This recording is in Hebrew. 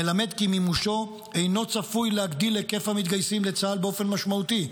מלמד כי מימושו אינו צפוי להגדיל היקף המתגייסים לצה"ל באופן משמעותי,